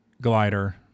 glider